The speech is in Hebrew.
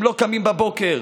הם לא קמים בבוקר,